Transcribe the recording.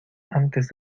antes